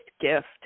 gift